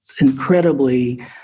incredibly